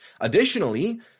Additionally